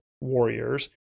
warriors